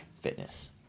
fitness